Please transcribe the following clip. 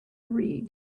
read